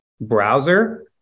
browser